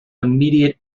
immediate